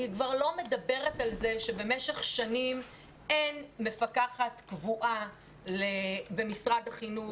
אני כבר לא מדברת על זה שבמשך שנים אין מפקחת קבועה במשרד החינוך,